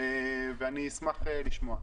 אני אשמח לשמוע.